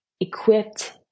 equipped